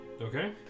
Okay